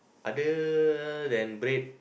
other than bread